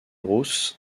ruth